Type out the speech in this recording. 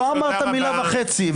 לא אמרת מילה וחצי,